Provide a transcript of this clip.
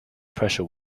pressure